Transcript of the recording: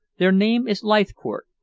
their name is leithcourt,